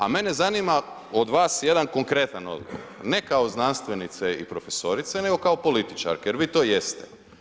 A mene zanima od vas jedan konkretan odgovor, ne kao znanstvenice i profesorice nego kao političarke jer vi to jeste.